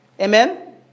Amen